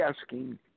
asking